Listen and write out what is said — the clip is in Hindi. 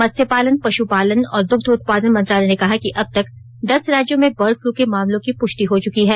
मत्स्य पालन पशुपालन और दुग्ध उत्पादन मंत्रालय ने कहा कि अब तक दस राज्यों में बर्ड फ्लू के मामलों की पुष्टि हो चुकी है